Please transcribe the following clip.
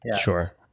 Sure